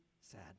sad